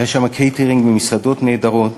היה שם קייטרינג ממסעדות נהדרות.